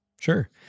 Sure